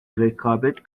rekabet